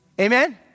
Amen